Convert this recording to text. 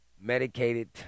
medicated